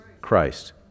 Christ